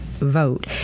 Vote